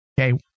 Okay